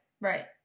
right